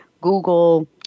Google